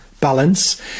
balance